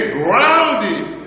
grounded